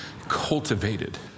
cultivated